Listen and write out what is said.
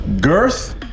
Girth